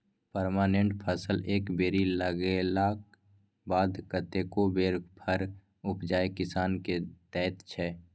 permanent फसल एक बेर लगेलाक बाद कतेको बेर फर उपजाए किसान केँ दैत छै